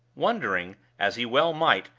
wondering, as he well might,